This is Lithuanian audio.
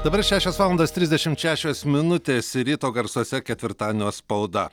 dabar šešios valandos trisdešimt šešios minutes ryto garsuose ketvirtadienio spauda